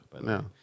No